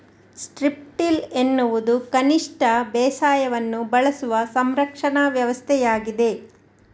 strip till ಎನ್ನುವುದು ಕನಿಷ್ಟ ಬೇಸಾಯವನ್ನು ಬಳಸುವ ಸಂರಕ್ಷಣಾ ವ್ಯವಸ್ಥೆಯಾಗಿದೆ